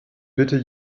bitte